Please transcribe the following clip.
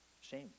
shame